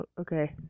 Okay